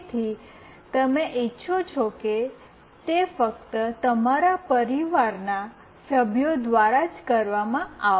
તેથી તમે ઇચ્છો છો કે તે ફક્ત તમારા પરિવારના સભ્યો દ્વારા જ કરવામાં આવે